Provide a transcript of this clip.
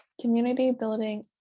community-building